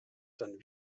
dann